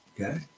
okay